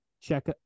check